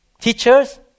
teachers